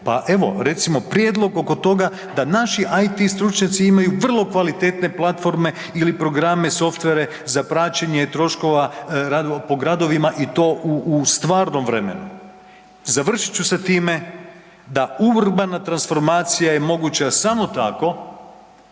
pa evo, prijedlog oko toga da naši IT stručnjaci imaju vrlo kvalitetne platforme ili programe, softvere za praćenje troškova po gradovima i to u stvarnom vremenu. Završit ću sa time da urbana transformacija je moguća samo tako